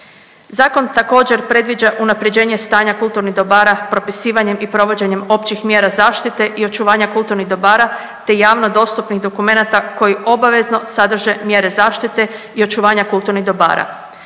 Zakon također predviđa unapređenje stanja kulturnih dobara propisivanjem i provođenjem općih mjera zaštite i očuvanja kulturnih dobara te javno dostupnih dokumenata koji obavezno sadrže mjere zaštite i očuvanja kulturnih dobara.